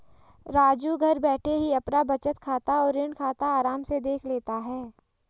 राजू घर बैठे ही अपना बचत खाता और ऋण खाता आराम से देख लेता है